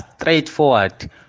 straightforward